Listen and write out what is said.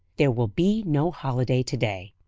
there will be no holiday to-day.